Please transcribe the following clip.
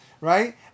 right